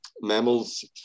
mammals